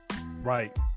Right